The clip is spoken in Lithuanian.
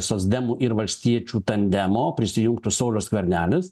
socdemų ir valstiečių tandemo prisijungtų saulius skvernelis